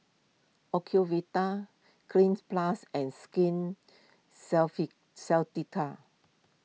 Ocuvite Cleanz Plus and Skin